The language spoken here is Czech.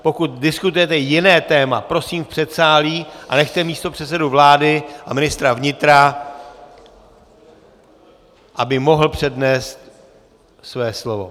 Pokud diskutujete jiné téma, prosím v předsálí a nechte místopředsedu vlády a ministra vnitra, aby mohl přednést své slovo.